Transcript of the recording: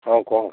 ହଁ କ'ଣ